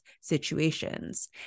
situations